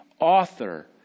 author